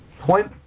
Point